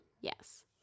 Yes